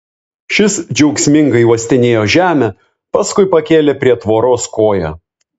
šis džiaugsmingai uostinėjo žemę paskui pakėlė prie tvoros koją